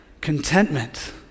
Contentment